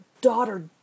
daughter